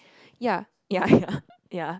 ya ya ya ya